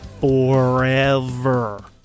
forever